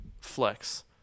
flex